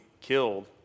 killed